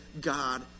God